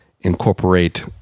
incorporate